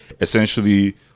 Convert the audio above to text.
essentially